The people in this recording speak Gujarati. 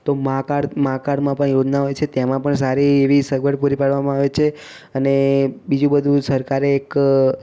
તો માં કાર્ડ માં કાર્ડમાં પણ યોજના હોય છે તેમાં પણ સારી એવી સગવડ પૂરી પાડવામાં આવે છે અને બીજું બધું સરકારે એક